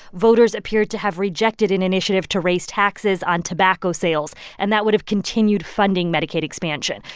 voters appear to have rejected an initiative to raise taxes on tobacco sales. and that would have continued funding medicaid expansion.